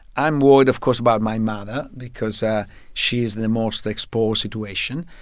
i'm worried, of course, about my mother because ah she is the most exposed situation.